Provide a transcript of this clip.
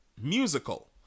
musical